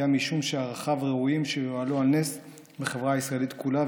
גם משום שערכיו ראויים שיועלו על נס בחברה הישראלית כולה,